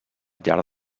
llarg